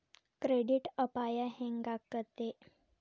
Credit ಅಪಾಯಾ ಹೆಂಗಾಕ್ಕತೇ?